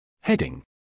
Heading